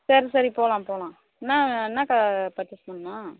சரி சரி போகலாம் போகலாம் என்ன என்னக்கா பர்ச்செஸ் பண்ணணும்